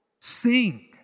sing